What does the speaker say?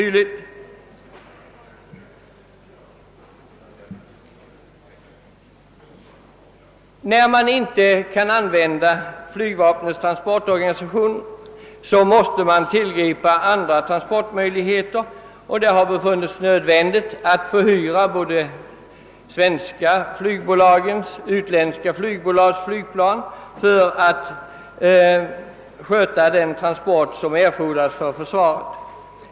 När man inte kan använda flygvapnets transportorganisation måste man tillgripa andra transportmöjligheter, och det har befunnits nödvändigt att förhyra både svenska flygbolags och utländska flygbolags flygplan för att sköta den transport som erfordras för försvaret.